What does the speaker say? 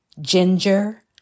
ginger